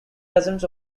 dozens